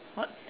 what